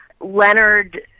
Leonard